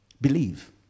Believe